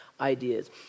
ideas